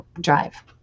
drive